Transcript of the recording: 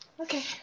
Okay